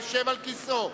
יישאר על כיסאו,